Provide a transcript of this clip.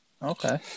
Okay